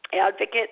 advocate